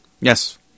Yes